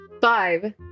Five